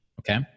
Okay